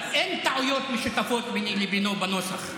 אין טעויות משותפות ביני לבינו בנוסח.